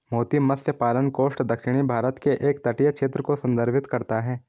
मोती मत्स्य पालन कोस्ट दक्षिणी भारत के एक तटीय क्षेत्र को संदर्भित करता है